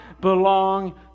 belong